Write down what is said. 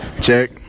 Check